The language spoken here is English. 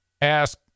ask